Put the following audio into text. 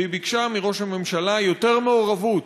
והיא ביקשה מראש הממשלה יותר מעורבות,